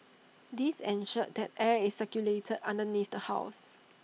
this ensured that air is circulated underneath the house